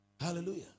Hallelujah